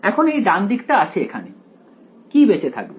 এখন এই ডান দিকটা আসে এখানে কি বেঁচে থাকবে